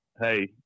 hey